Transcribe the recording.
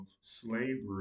slavery